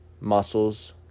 muscles